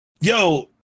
Yo